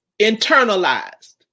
Internalized